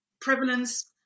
Prevalence